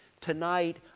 Tonight